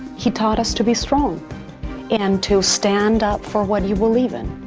he taught us to be strong and to stand up for what you believe in.